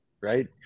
right